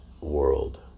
world